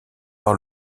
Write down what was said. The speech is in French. par